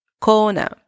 corner